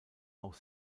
auch